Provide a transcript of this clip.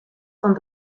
von